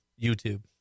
YouTube